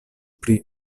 pri